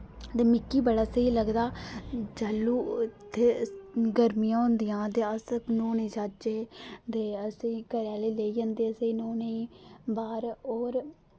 ते मिकी बड़ा स्हेई लगदा जैह्लूं इत्थै गर्मियां होंदियां ते अस नौह्ने ई जाह्चै ते असें घरे आह्ले लेई जंदे असें नौह्ने ई बाह्र और